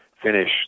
finish